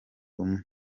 umwe